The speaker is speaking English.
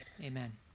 amen